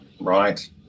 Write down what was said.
Right